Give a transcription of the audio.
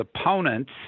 opponents